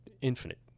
infinite